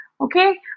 Okay